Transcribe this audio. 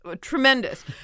tremendous